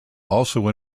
also